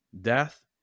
death